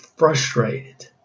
frustrated